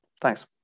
Thanks